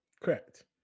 correct